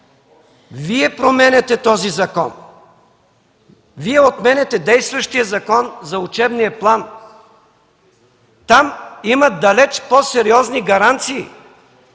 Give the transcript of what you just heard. Вие променяте този закон, Вие отменяте действащия закон за учебния план. Там има далеч по-сериозни гаранции